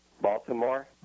Baltimore